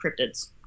cryptids